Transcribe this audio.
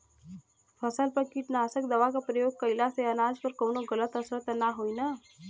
फसल पर कीटनाशक दवा क प्रयोग कइला से अनाज पर कवनो गलत असर त ना होई न?